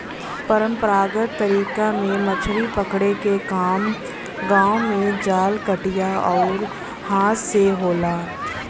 परंपरागत तरीका में मछरी पकड़े के काम गांव में जाल, कटिया आउर हाथ से होला